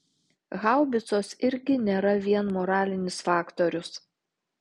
haubicos irgi nėra vien moralinis faktorius